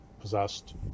possessed